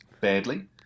badly